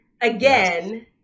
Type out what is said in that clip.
again